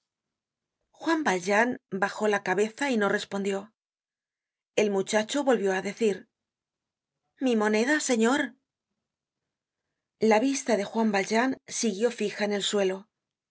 juan valjean bajó la cabeza y no respondió el muchacho volvió á decir mi moneda señor la vista de juan valjean siguió fija en el suelo